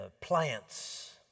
plants